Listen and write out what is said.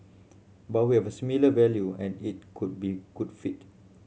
but we have similar value and it could be good fit